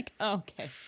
okay